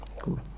Cool